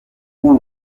ubu